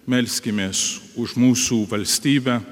melskimės už mūsų valstybę